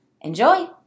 Enjoy